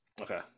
Okay